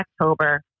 October